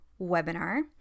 webinar